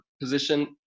position